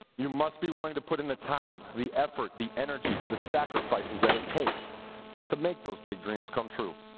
you must be willing to put in the time, the effort, the energy, the sacrifices that it takes to make those big dreams come true.